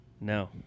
No